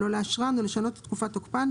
לא לאשרן או לשנות את תקופת תוקפן,